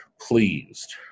pleased